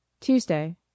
Tuesday